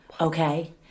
okay